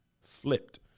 flipped